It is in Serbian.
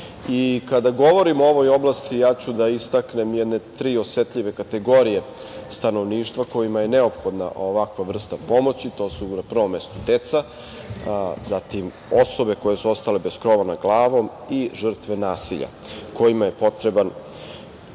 govorim o ovoj oblasti ja ću da istaknem tri osetljive kategorije stanovništva kojima je neophodna ovakva vrsta pomoći. To su na prvom mestu deca, zatim osobe koje su ostale bez krova nad glavom i žrtve nasilja kojima je potreban